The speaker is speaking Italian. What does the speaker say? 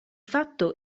fatto